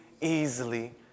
easily